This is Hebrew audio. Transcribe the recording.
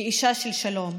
כאישה של שלום.